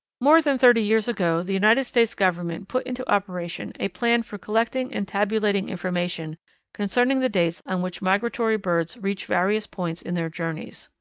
more than thirty years ago the united states government put into operation a plan for collecting and tabulating information concerning the dates on which migratory birds reach various points in their journeys.